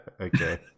Okay